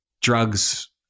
drugs